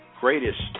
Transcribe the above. greatest